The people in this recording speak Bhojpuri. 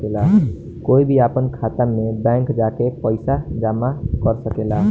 कोई भी आपन खाता मे बैंक जा के पइसा जामा कर सकेला